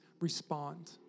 respond